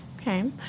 Okay